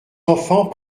enfants